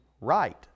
right